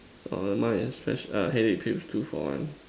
oh never mind sketch headache pills two for one